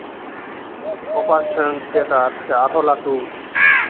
operation theatre ᱥᱮ ᱟᱨᱦᱚᱸ ᱞᱟᱹᱴᱩ